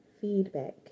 feedback